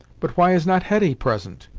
but why is not hetty present?